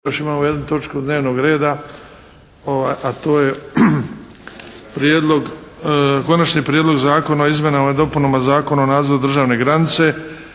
još imamo jednu točku dnevnoga reda. A to je: - Prijedlog zakona o izmjenama i dopunama Zakona o nadzoru državne granice,